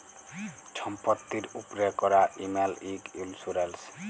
ছম্পত্তির উপ্রে ক্যরা ইমল ইক ইল্সুরেল্স